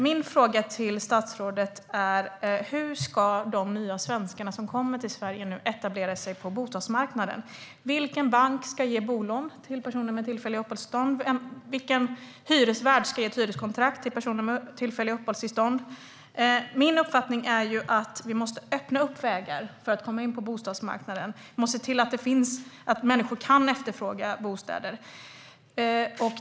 Min fråga till statsrådet är: Hur ska de nya svenskar som nu kommer till Sverige etablera sig på bostadsmarknaden? Vilken bank ska ge bolån till personer med tillfälliga uppehållstillstånd? Vilken hyresvärd ska ge ett hyreskontrakt till personer med tillfälliga uppehållstillstånd? Min uppfattning är att vi måste öppna vägar för människor att komma in på bostadsmarknaden. Vi måste se till att människor kan efterfråga bostäder.